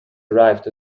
arrived